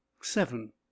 seven